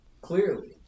Clearly